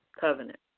covenant